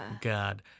God